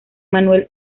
manuel